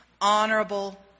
honorable